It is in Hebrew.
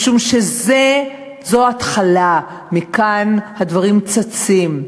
משום שזו התחלה, מכאן הדברים צצים.